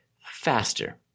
faster